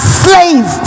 slave